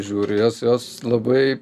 žiūriu jas jos labai